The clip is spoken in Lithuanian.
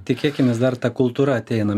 tikėkimės dar ta kultūra ateina